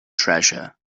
treasure